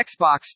Xbox